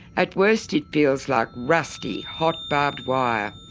at worst it feels like rusty, hot barbed wire.